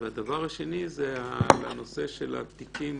דבר שני הנושא של התיקים